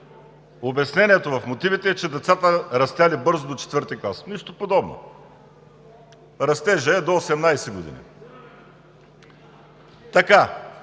Обяснението в мотивите е, че децата растели бързо до IV клас. Нищо подобно! Растежът е до 18 години. Така!